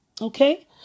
Okay